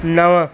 नवं